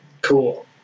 Cool